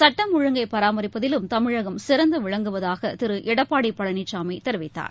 சட்டம் ஒழுங்கை பராமரிப்பதிலும் தமிழகம் சிறந்து விளங்குவதாக திரு எடப்பாடி பழனிசாமி தெரிவித்தார்